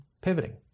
pivoting